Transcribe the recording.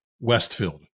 Westfield